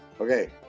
okay